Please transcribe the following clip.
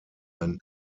ein